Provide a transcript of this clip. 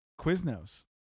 quiznos